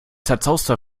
zerzauster